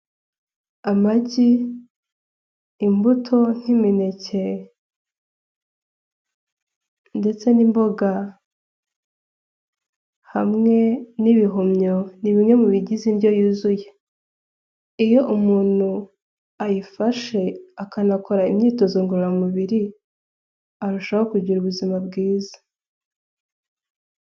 Amagi, imbuto nk'imineke ndetse n'imboga hamwe n'ibihumyo ni bimwe mu bigize indyo yuzuye, iyo umuntu ayifashe akanakora imyitozo ngororamubiri arushaho kugira ubuzima bwiza.